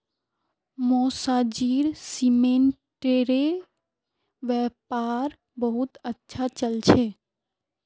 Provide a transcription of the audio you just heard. मौसाजीर सीमेंटेर व्यापार बहुत अच्छा चल छ